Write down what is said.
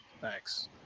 Thanks